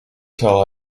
till